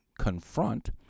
confront